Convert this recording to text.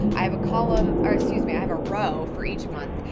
i have a column, or excuse me, i have a row for each month.